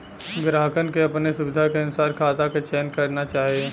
ग्राहकन के अपने सुविधा के अनुसार खाता क चयन करना चाही